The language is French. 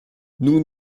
nous